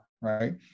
right